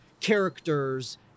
characters